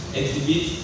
exhibit